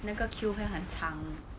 那个 queue 会很长